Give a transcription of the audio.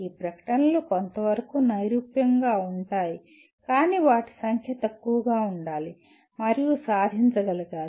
ఈ ప్రకటనలు కొంతవరకు నైరూప్యంగా ఉంటాయి కానీ వాటి సంఖ్య తక్కువగా ఉండాలి మరియు సాధించగలగాలి